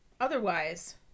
otherwise